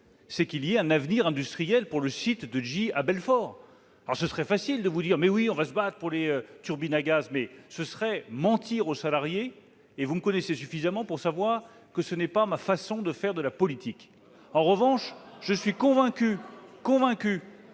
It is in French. c'est qu'il y ait un avenir industriel pour le site de GE à Belfort. Il me serait facile de vous dire que l'on va se battre pour les turbines à gaz, mais ce serait mentir aux salariés ! Vous me connaissez suffisamment pour savoir que telle n'est pas ma façon de faire de la politique. En revanche, je suis convaincu qu'il